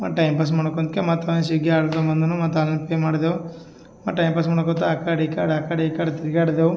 ಮತ್ತು time pass ಮಾಡಬೇಕಂದ್ಕೆ ಮತ್ತು ಸ್ವಿಗಿ ಆಡ್ರು ತಂದನು ಮತ್ತು ಒನ್ಲೈನ್ ಪೇ ಮಾಡಿದೆವು ಆ ಟೈಂ ಪಾಸ್ ಮಾಡೋಕಂತ ಆ ಕಡೆ ಈ ಕಡೆ ಆ ಕಡೆ ಈ ಕಡೆ ತಿರುಗಾಡ್ದೆವ್